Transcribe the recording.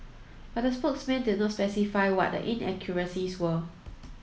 but the spokesman did not specify what the inaccuracies were